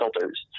filters